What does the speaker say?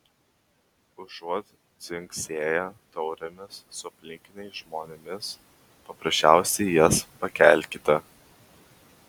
užuot dzingsėję taurėmis su aplinkiniais žmonėmis paprasčiausiai jas pakelkite